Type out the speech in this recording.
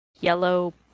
yellow